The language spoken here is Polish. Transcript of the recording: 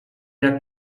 jak